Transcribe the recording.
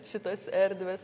šitos erdvės